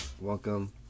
Welcome